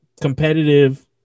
competitive